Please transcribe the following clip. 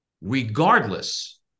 regardless